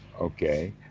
Okay